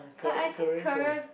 but I think career